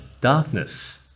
darkness